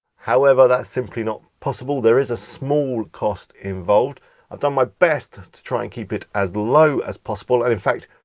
however that's simply not possible. there is a small cost involved. i've done my best to and keep it as low as possible, and in fact,